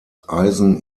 eisen